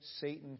Satan